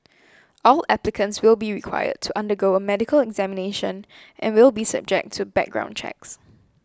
all applicants will be required to undergo a medical examination and will be subject to background checks